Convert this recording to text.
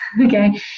okay